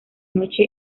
noche